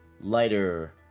lighter